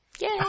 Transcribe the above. Yay